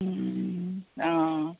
आं